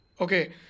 Okay